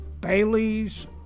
Bailey's